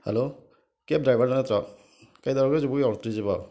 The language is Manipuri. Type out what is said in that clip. ꯍꯂꯣ ꯀꯦꯞ ꯗ꯭ꯔꯥꯏꯕꯔꯗꯣ ꯅꯠꯇ꯭ꯔꯣ ꯀꯨꯗꯧꯔꯒꯦ ꯍꯧꯖꯤꯐꯥꯎ ꯌꯧꯔꯛꯇ꯭ꯔꯤꯁꯤꯕꯣ